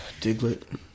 Diglett